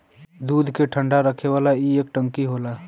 दूध के ठंडा रखे वाला ई एक टंकी होला